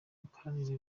mikoranire